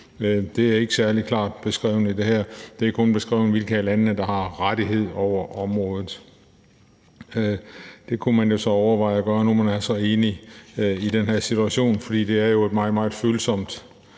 Det er ikke særlig klart beskrevet i det her – det er kun beskrevet, hvilke lande der har rettighed over området. Det kunne man jo så overveje at gøre nu, hvor man er så enige i den her situation, for det er jo et meget, meget følsomt